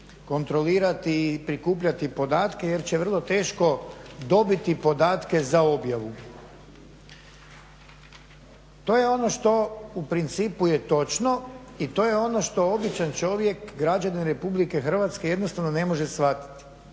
kontrolirati i prikupljati podatke, jer će vrlo teško dobiti podatke za objavu. To je ono što u principu je točno i to je ono što običan čovjek građanin Republike Hrvatske jednostavno ne može shvatiti.